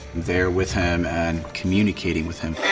there with him and communicating with him.